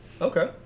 Okay